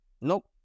Nope